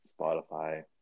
Spotify